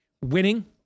Winning